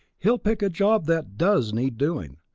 he'll pick a job that does need doing,